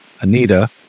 Anita